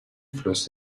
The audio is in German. fluss